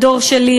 הדור שלי,